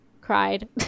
cried